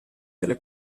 delle